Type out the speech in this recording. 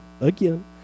again